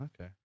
Okay